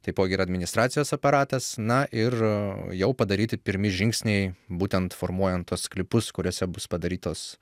taipogi ir administracijos aparatas na ir jau padaryti pirmi žingsniai būtent formuojant tuos sklypus kuriuose bus padarytos